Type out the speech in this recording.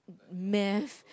math